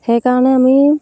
সেইকাৰণে আমি